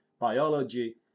biology